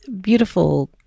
beautiful